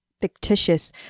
fictitious